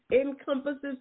encompasses